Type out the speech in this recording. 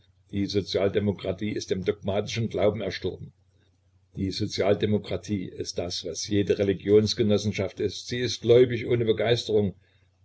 die sozialdemokratie ist in dem dogmatischen glauben erstorben die sozialdemokratie ist das was jede religionsgenossenschaft ist sie ist gläubig ohne begeisterung